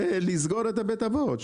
הפירוש הוא לסגור את בית האבות.